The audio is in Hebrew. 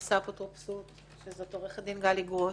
בנושא אפוטרופסות שזו עורכת הדין גלי גרוס.